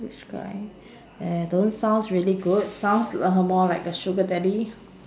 rich guy eh don't sounds really good sounds uh more like a sugar daddy